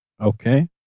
okay